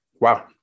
wow